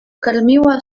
karmiła